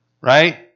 right